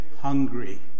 hungry